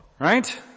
Right